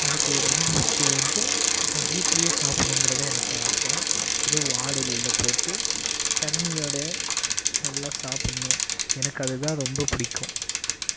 எனக்கு ரொம்ப பிடிச்சது வந்து நான் வீட்லேயே சாப்பிடணுங்கறதுதான் எனக்கு ஆசை அதுவும் வாழை இலையில் போட்டு தண்ணியோட நல்லா சாப்பிடணும் எனக்கு அதுதான் ரொம்ப பிடிக்கும்